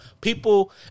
People